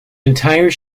entire